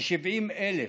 כ-70,000,